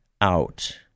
out